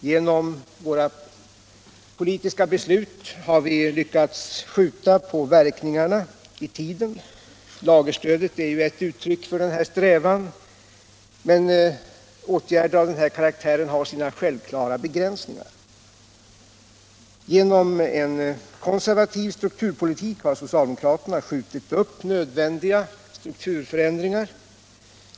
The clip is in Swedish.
Genom våra politiska beslut har vi lyckats skjuta på verkningarna i tiden. Lagerstödet är ett uttryck för denna strävan, men åtgärder av den karaktären har sina självklara begränsningar. Genom en konservativ strukturpolitik har socialdemokraterna skjutit upp nödvändiga strukturförändringar.